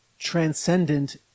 Transcendent